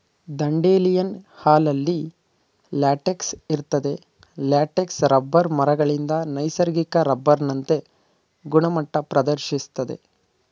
dandelion ಹಾಲಲ್ಲಿ latex ಇರ್ತದೆ latex rubber ಮರಗಳಿಂದ ನೈಸರ್ಗಿಕ ರಬ್ಬರ್ನಂತೆ ಗುಣಮಟ್ಟ ಪ್ರದರ್ಶಿಸ್ತದೆ